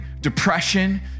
depression